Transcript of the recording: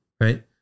right